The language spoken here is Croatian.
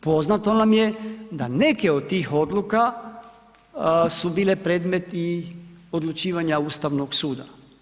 Poznato nam je da neke od tih odluka su bile predmet i odlučivanja Ustavnog suda.